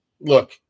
Look